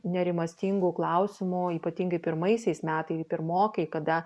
nerimastingų klausimų ypatingai pirmaisiais metai pirmokai kada